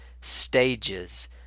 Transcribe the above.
stages